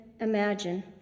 imagine